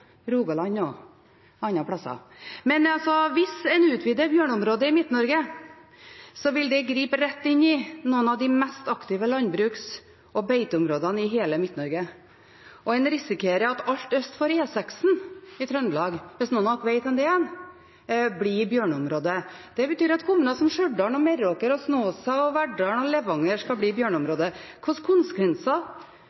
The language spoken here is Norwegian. Rogaland og andre plasser. Men hvis en utvider bjørneområdet i Midt-Norge, vil det gripe rett inn i noen av de mest aktive landbruks- og beiteområdene i hele Midt-Norge, og en risikerer at alt øst for E6 i Trøndelag – hvis noen her vet hvor det er – blir bjørneområde. Det betyr at kommuner som Stjørdal, Meråker, Snåsa, Verdal og Levanger skal bli